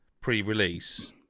pre-release